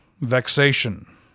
vexation